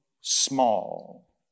small